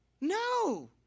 No